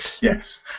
Yes